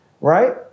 right